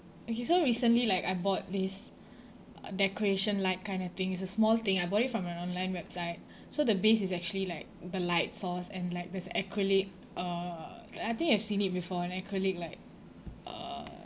okay so recently like I bought this decoration like kind of thing it's a small thing I bought it from an online website so the base is actually like the light source and like there's acrylic uh like I think I seen it before like acrylic like uh